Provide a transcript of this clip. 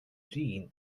gene